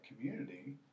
community